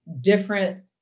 different